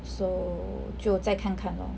so 就再看看 lor